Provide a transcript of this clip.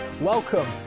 Welcome